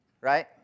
right